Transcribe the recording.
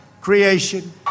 creation